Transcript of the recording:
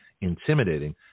intimidating